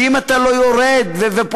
שאם אתה לא יורד ופועל,